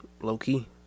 low-key